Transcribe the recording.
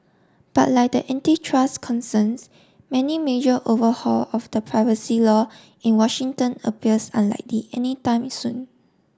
but like the antitrust concerns many major overhaul of the privacy law in Washington appears unlikely anytime soon